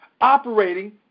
operating